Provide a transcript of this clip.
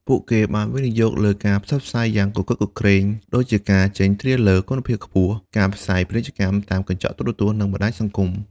ពួកគេបានវិនិយោគលើការផ្សព្វផ្សាយយ៉ាងគគ្រឹកគគ្រេង ដូចជាការចេញ trailer គុណភាពខ្ពស់ ការផ្សាយពាណិជ្ជកម្មតាមកញ្ចក់ទូរទស្សន៍ និងបណ្តាញសង្គម។